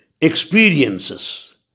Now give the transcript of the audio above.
experiences